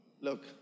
Look